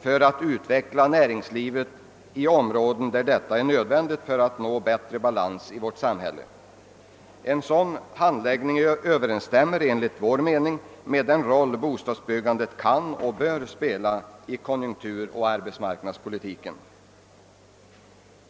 för att utveckla näringslivet i områden, där detta är nödvändigt för att man skall nå bättre balans i vårt samhälle. En sådan handläggning överensstämmer enligt vår mening med den roll bostadsbyggandet kan och bör spela i konjunkturoch arbetsmarknadspolitiken.